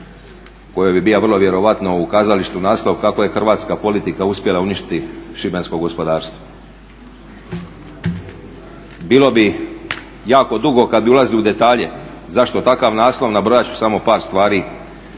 kojoj bi bio vrlo vjerojatno u kazalištu naslov kako je hrvatska politika uspjela uništiti šibensko gospodarstvo. Bilo bi jako dugo kada bi ulazili u detalje. Zašto takav naslov, nabrojati ću samo par stvari.